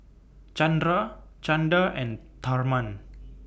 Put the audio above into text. Chandra Chanda and Tharman